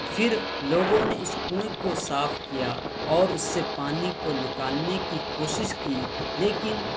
پھر لوگوں نے اس کنویں کو صاف کیا اور اس سے پانی کو نکالنے کی کوشش کی لیکن